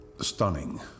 stunning